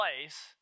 place